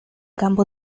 campo